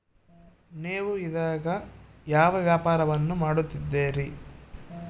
ನೇವು ಇದೇಗ ಯಾವ ವ್ಯಾಪಾರವನ್ನು ಮಾಡುತ್ತಿದ್ದೇರಿ?